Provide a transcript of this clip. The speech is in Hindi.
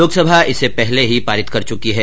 लोकसभा इसे पहले ही पारित कर च्यकी है